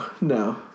no